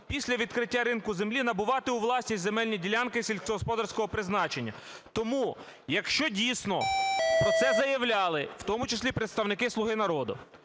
після відкриття ринку землі набувати у власність земельні ділянки сільськогосподарського призначення. Тому, якщо дійсно про це заявляли, в тому числі представники "Слуги народу",